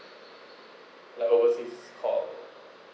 ya overseas call